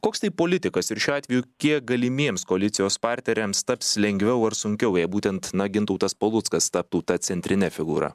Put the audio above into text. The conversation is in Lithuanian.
koks tai politikas ir šiuo atveju kiek galimiems koalicijos partneriams taps lengviau ar sunkiau jei būtent na gintautas paluckas taptų ta centrine figūra